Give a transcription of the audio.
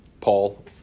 Paul